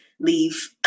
leave